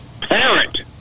Parent